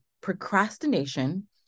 procrastination